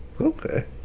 Okay